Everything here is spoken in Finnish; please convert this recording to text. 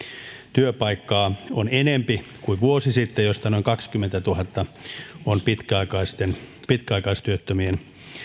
työpaikkaa on enempi kuin vuosi sitten joista noin kaksikymmentätuhatta on pitkäaikaistyöttömien